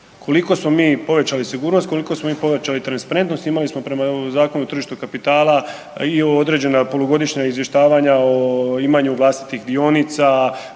koliko smo mi povećali sigurnost, koliko smo mi povećali transparentnost. Imali smo prema Zakonu o tržištu kapitala i određena polugodišnja izvještavanja o imanju vlastitih dionica